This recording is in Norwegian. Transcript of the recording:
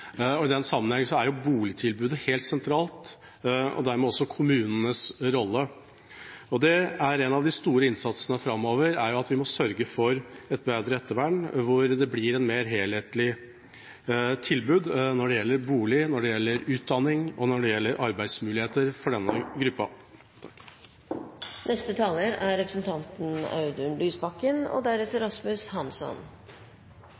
den sammenheng er boligtilbudet helt sentralt, og dermed også kommunenes rolle. En av de store innsatsene framover er at vi må sørge for et bedre ettervern, hvor det blir et mer helhetlig tilbud når det gjelder bolig, utdanning og arbeidsmuligheter for denne gruppa. Det passer godt at disse to sakene behandles sammen, for det er ganske stort sammenfall mellom SVs og